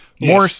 More